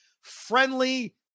friendly